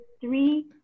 three